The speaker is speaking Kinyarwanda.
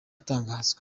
atangazwa